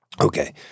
okay